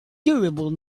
durable